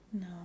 No